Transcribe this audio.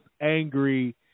angry